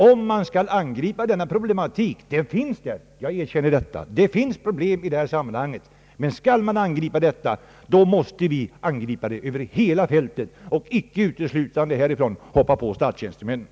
Om man skall angripa denna problematik — jag erkänner att det finns problem i detta sammanhang — måste man angripa den över hela fältet och inte uteslutande hoppa på statstjänstemännen.